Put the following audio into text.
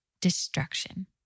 destruction